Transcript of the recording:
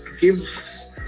gives